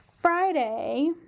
Friday